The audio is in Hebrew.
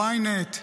ynet,